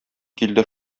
килде